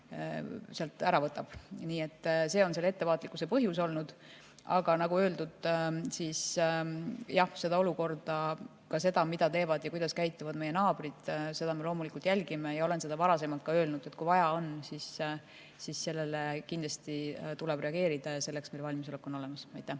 See on selle ettevaatlikkuse põhjus olnud. Aga nagu öeldud, jah, seda, mida teevad ja kuidas käituvad meie naabrid, me loomulikult jälgime. Olen seda varem ka öelnud, et kui vaja on, siis sellele kindlasti tuleb reageerida, ja selleks meil valmisolek on olemas. Aitäh!